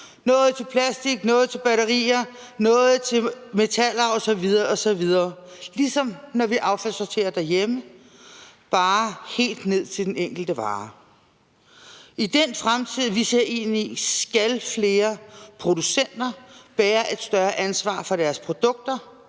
noget til plastik, noget til batterier, noget til metaller osv. osv. – ligesom når vi affaldssorterer derhjemme, bare helt ned til den enkelte vare. I den fremtid, vi ser ind i, skal flere producenter bære et større ansvar for deres produkter,